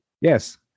Yes